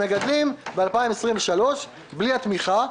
בשנת 2023 בלי התמיכה,